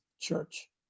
church